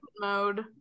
mode